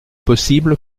possible